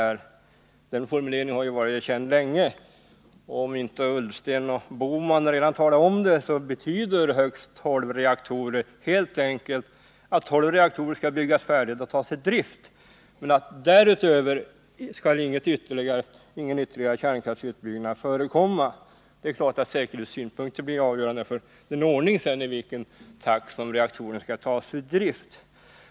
Den här formuleringen har ju varit känd länge, och om inte Ola Ullsten och Gösta Bohman redan har gjort det vill jag tala om att formuleringen högst tolv reaktorer helt enkelt betyder att tolv reaktorer skall byggas färdiga och tas i drift, men att därutöver ingen ytterligare kärnkraftsutbyggnad skall förekomma. Det är klart att säkerhetssynpunkterna sedan blir avgörande för i vilken ordning och i vilken takt reaktorerna skall tas ur drift.